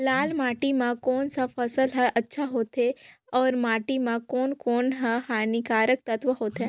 लाल माटी मां कोन सा फसल ह अच्छा होथे अउर माटी म कोन कोन स हानिकारक तत्व होथे?